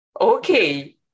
Okay